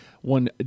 one